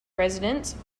residence